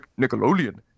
Nickelodeon